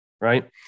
right